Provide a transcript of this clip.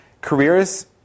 careers